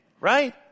right